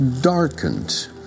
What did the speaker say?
darkened